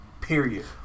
period